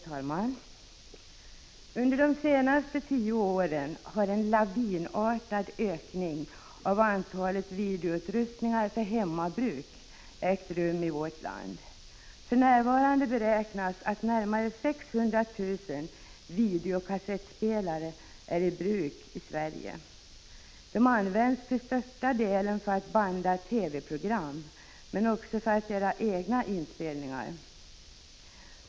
Herr talman! Under de senaste tio åren har ökningen av antalet videoutrustningar för hemmabruk varit lavinartad i vårt land. För närvarande beräknas närmare 600 000 videokassettspelare vara i bruk i Sverige. Dessa används till största delen för bandning av TV-program men också för egna inspelningar.